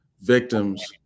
victims